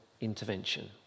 intervention